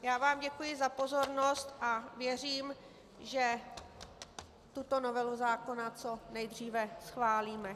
Já vám děkuji za pozornost a věřím, že tuto novelu zákona co nejdříve schválíme.